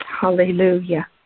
Hallelujah